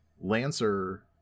lancer